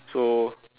so